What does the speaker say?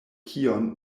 kion